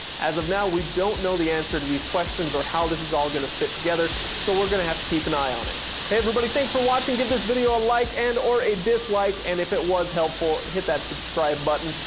as of now, we don't know the answer to these questions or how this is all gonna fit together, so we're gonna have to keep an eye on it. hey everybody, thanks for watching! give this video a like and or a dislike, and if it was helpful, hit that subscribe button.